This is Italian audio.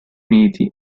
uniti